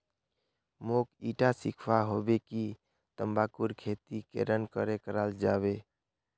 मोक ईटा सीखवा हबे कि तंबाकूर खेती केरन करें कराल जाबे